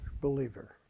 believer